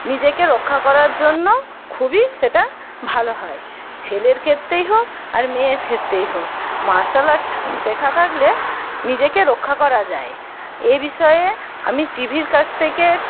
নিজেকে রক্ষা করার জন্য খুবই সেটা ভালো হয় ছেলের ক্ষেত্রেই হোক আর মেয়ের ক্ষেত্রেই হোক মার্শাল আর্ট শেখা থাকলে নিজেকে রক্ষা করা যায় এই বিষয়ে আমি টিভির কাছ থেকে